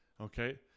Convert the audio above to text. Okay